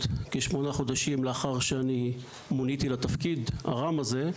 כשמונה חודשים לאחר שאני מוניתי לתפקיד הרם הזה,